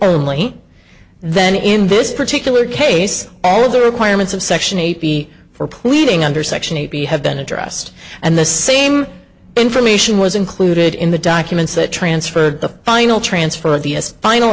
only then in this particular case all of the requirements of section eight be for pleading under section eight b have been addressed and the same information was included in the documents that transferred the final transfer of the final